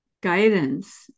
guidance